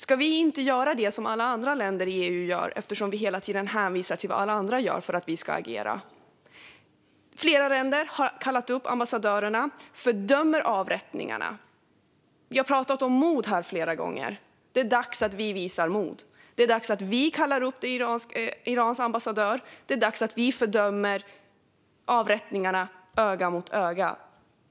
Ska vi inte göra det som andra länder i EU gör, eftersom vi hela tiden hänvisar till vad andra gör för att vi ska agera? Flera länder har kallat upp ambassadörerna och fördömt avrättningarna. Vi har flera gånger pratat om mod. Det är dags att vi visar mod och kallar upp Irans ambassadör och fördömer avrättningarna öga mot öga.